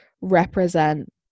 represent